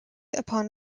upon